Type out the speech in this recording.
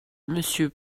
monsieur